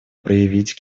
проявлять